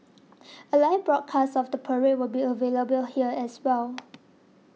a live broadcast of the parade will be available here as well